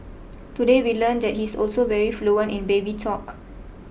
today we learned that he is also very fluent in baby talk